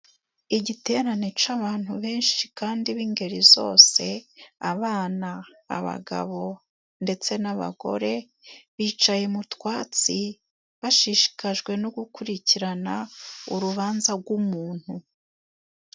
Igiterane c'abantu benshi kandi b'ingeri zose, abana, abagabo ndetse n'abagore bicaye mu twatsi bashishikajwe no gukurikirana urubanza gw'umuntu.